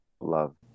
Love